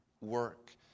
work